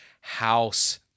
house